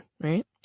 right